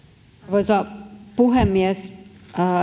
arvoisa puhemies